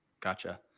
Gotcha